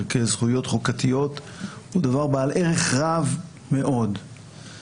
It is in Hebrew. כזכויות חוקתיות הוא דבר בעל ערך רב מאוד.